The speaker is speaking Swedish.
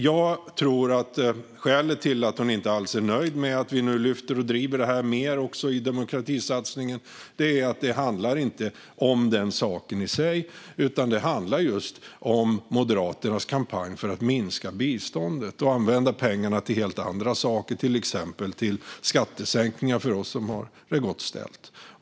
Jag tror att skälet till att Magdalena Schröder inte alls är nöjd med att vi nu lyfter fram och driver det här mer också i demokratisatsningen är att detta inte handlar om saken i sig. Det handlar i stället om Moderaternas kampanj för att minska biståndet och använda pengarna till helt andra saker, till exempel skattesänkningar för oss som har det gott ställt.